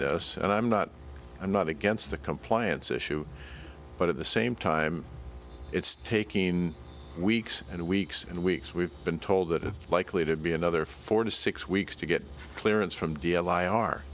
this and i'm not i'm not against the compliance issue but at the same time it's taking weeks and weeks and weeks we've been told that it's likely to be another four to six weeks to get clearance from